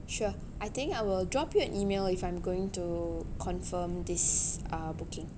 sure I think I will drop you an email if I'm going to confirm this uh booking